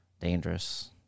dangerous